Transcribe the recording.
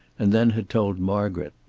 and then had told margaret.